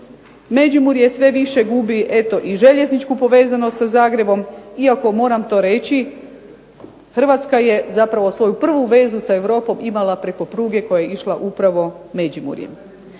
Međimurje sve više gubi i željezničku povezanost sa Zagrebom, iako moram to reći, Hrvatska je svoju prvu vezu sa Europom imala preko pruge koja je išla upravo Međimurjem.